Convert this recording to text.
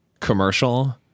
commercial